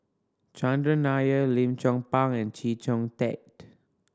Chandran Nair Lim Chong Pang and Chee Kong Tet